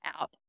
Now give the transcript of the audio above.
out